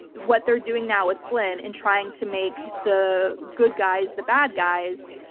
what they're doing now with flynn, in trying to make the good guys the bad guys,